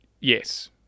yes